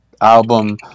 album